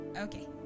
Okay